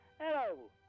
hello